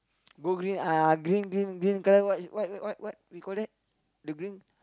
blue green uh green green green colour what is what what what what we call that the green